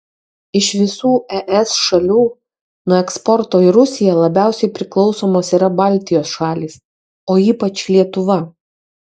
iš visų es šalių nuo eksporto į rusiją labiausiai priklausomos yra baltijos šalys o ypač lietuva